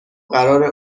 قراره